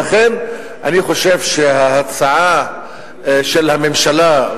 ולכן אני חושב שההצעה של הממשלה,